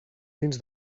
dins